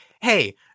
hey